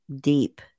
deep